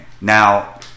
Now